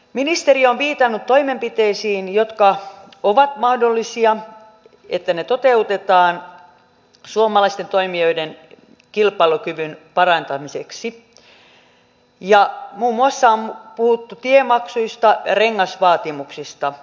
ministeri on viitannut toimenpiteisiin jotka ovat mahdollisia jotka toteutetaan suomalaisten toimijoiden kilpailukyvyn parantamiseksi ja on puhuttu muun muassa tiemaksuista rengasvaatimuksista